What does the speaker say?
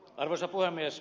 arvoisa puhemies